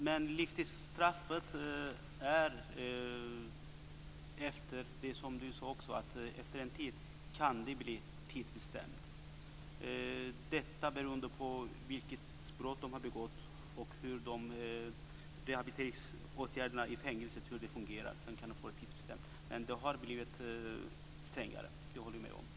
Men livstidsstraffet kan, vilket även Alice Åström sade, efter en tid bli tidsbestämt, detta beroende på vilket brott som har begåtts och beroende på hur rehabiliteringsåtgärderna i fängelset har fungerat. Men det har blivit strängare, det håller jag med om.